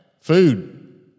food